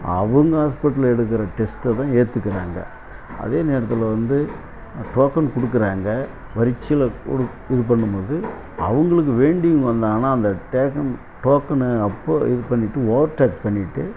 அவங்க ஹாஸ்பிடலில் எடுக்கிற டெஸ்டைதான் ஏற்றுக்குறாங்க அதே நேரத்தில் வந்து டோக்கன் கொடுக்குறாங்க வரிசைல இது பண்ணும்போது அவங்களுக்கு வேண்டியவங்க வந்தாங்கன்னால் அந்த டேக்கன் டோக்கன் அப்போ இது பண்ணிவிட்டு ஓவர் டேக் பண்ணிகிட்டு